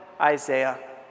Isaiah